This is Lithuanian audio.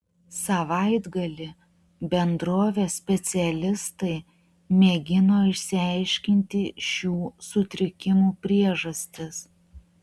savaitgalį bendrovės specialistai mėgino išsiaiškinti šių sutrikimų priežastis